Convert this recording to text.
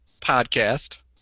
podcast